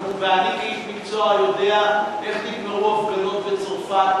אני כאיש מקצוע יודע איך נגמרו הפגנות בצרפת,